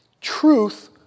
Truth